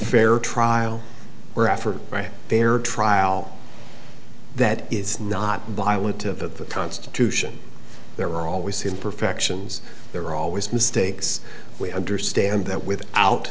fair trial we're effort right fair trial that is not violent to the constitution there are always imperfections there are always mistakes we understand that with out